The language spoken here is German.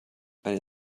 eine